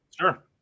Sure